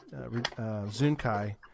Zunkai